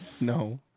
no